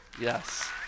yes